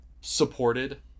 supported